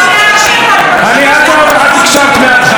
את הקשבת מההתחלה.